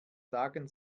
sagen